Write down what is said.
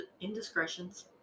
indiscretions